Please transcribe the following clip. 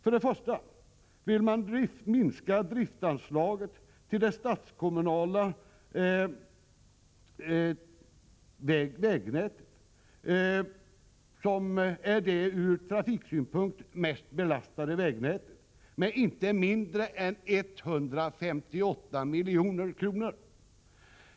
Först och främst vill man minska driftsanslaget till det statskommunala vägnätet, som är det ur trafiksynpunkt mest belastade vägnätet, med inte mindre än 158 milj.kr.